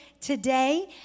today